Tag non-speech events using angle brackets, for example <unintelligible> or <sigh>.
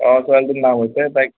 <unintelligible>